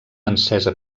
encesa